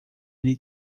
ele